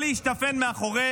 אותו חנמאל,